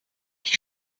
qui